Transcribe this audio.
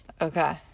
Okay